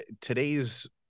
today's